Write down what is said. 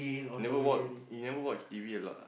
never watch you never watch T_V a lot ah